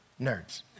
Nerds